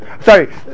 Sorry